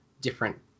different